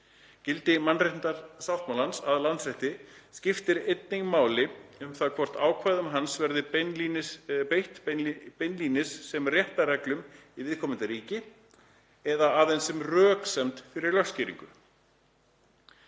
Gildi mannréttindasáttmálans að landsrétti skiptir þannig máli um það hvort ákvæðum hans verði beitt beinlínis sem réttarreglum í viðkomandi ríki eða aðeins sem röksemd fyrir lögskýringu.“